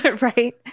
Right